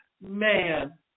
man